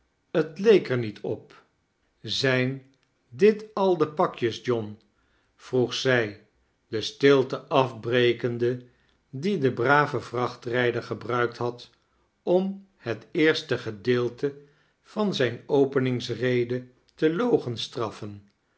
t leek er niet op zijn dit al de pakjes john vroeg zij de stilt afbrekende die de brave vrachtrijder gehruikt had om het eerste gedeelte van zijne openingsrede te